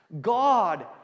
God